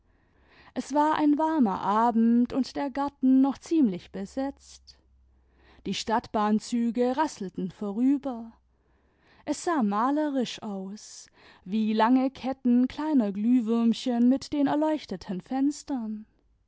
es war ein warmer abend und der garten noch ziemlich besetzt die stadtbahnzüge rasselten vorüber es sah malerisch aus wie lange ketten kleiner glühwürmchen mit den erleuchteten fenstern